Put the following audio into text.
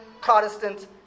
Protestant